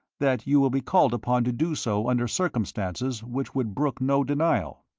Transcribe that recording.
that you will be called upon to do so under circumstances which will brook no denial.